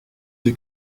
sie